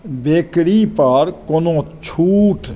बेकरीपर कोनो छूट